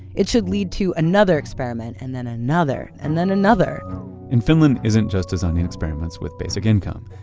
it should lead to another experiment and then another and then another and finland isn't just designing experiments with basic income.